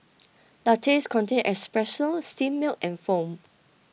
lattes contain espresso steamed milk and foam